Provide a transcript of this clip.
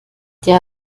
der